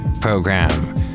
program